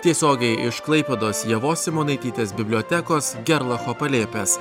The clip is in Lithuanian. tiesiogiai iš klaipėdos ievos simonaitytės bibliotekos gerlafo palėpės